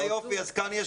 אני אעשה